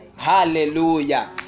hallelujah